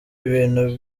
ibintu